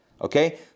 Okay